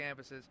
campuses